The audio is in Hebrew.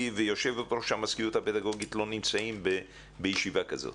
ויושבת-ראש המזכירות הפדגוגית לא נמצאים בישיבה כזאת.